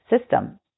system